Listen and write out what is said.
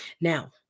Now